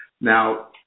Now